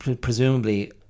presumably